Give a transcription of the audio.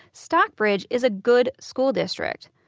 stockbridge is a good school district.